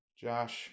Josh